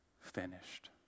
finished